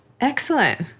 Excellent